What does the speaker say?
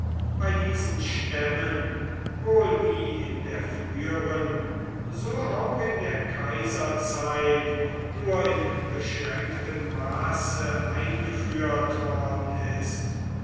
bei diesen stämmen wohl wie in der früheren so auch in der kaiserzeit nur in beschränktem maße eingeführt worden ist